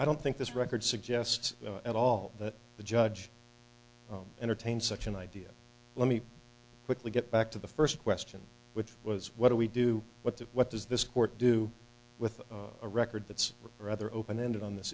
i don't think this record suggests at all that the judge entertain such an idea let me quickly get back to the first question which was what do we do what the what does this court do with a record that's rather open ended on this